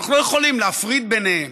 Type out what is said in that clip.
אנחנו לא יכולים להפריד ביניהם.